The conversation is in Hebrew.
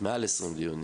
מעל 20 דיונים.